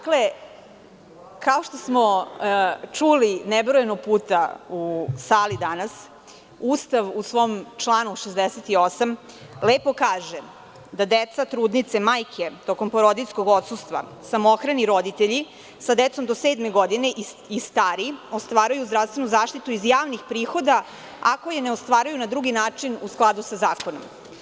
Kao što smo čuli nebrojeno puta u sali danas, Ustav u svom članu 68. lepo kaže da deca, trudnice, majke tokom porodiljskog odsustva, samohrani roditelji sa decom do sedme godine i stari ostvaruju zdravstvenu zaštitu iz javnih prihoda, ako je ne ostvaruju na drugi način u skladu za zakonom.